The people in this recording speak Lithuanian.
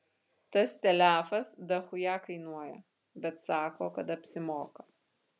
tas telefas dachuja kainuoja bet sako kad apsimoka